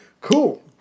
Cool